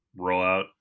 rollout